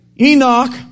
Enoch